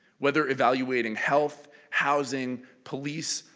whether evaluating health, housing, police,